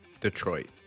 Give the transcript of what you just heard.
Detroit